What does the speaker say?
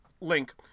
link